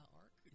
arc